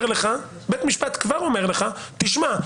בית משפט כבר אומר לך תשמע,